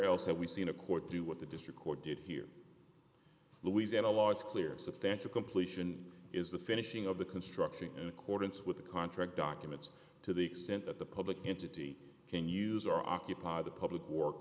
else have we seen a court do what the district court did here louisiana law is clear substantial completion is the finishing of the construction in accordance with the contract documents to the extent that the public entity can use our occupy the public work